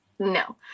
No